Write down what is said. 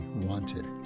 wanted